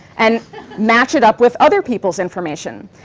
and match it up with other people's information.